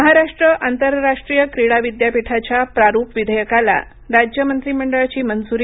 महाराष्ट्र आंतरराष्ट्रीय क्रीडा विद्यापीठाच्या प्रारूप विधेयकाला राज्य मंत्रिमंडळाची मंजुरी